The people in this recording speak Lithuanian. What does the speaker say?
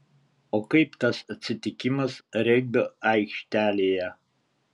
o kaip tas atsitikimas regbio aikštelėje